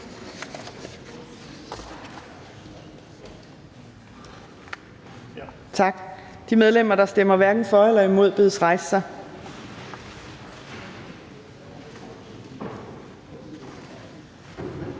Tak. De medlemmer, der stemmer hverken for eller imod, bedes rejse sig. Tak.